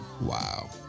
Wow